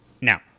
Now